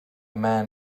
man